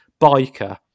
biker